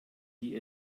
die